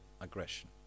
aggression